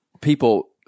People